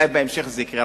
אולי בהמשך זה יקרה,